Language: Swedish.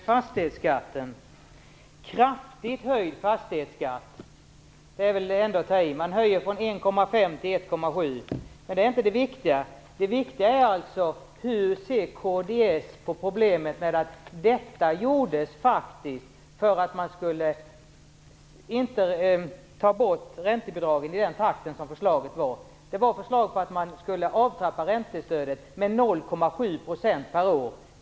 Fru talman! Kraftigt höjd fastighetsskatt är väl ändå att ta i. Fastighetsskatten höjs från 1,5 % till 1,7 %. Men det är inte det viktiga. Det viktiga är hur kds ser på problemet att detta faktiskt gjordes för att man inte skulle ta bort räntebidraget i den takt som förslaget innebar. Förslaget innebar en nedtrappning av räntestödet med 0,7 % per år.